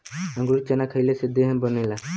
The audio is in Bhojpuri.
अंकुरित चना खईले से देह बनेला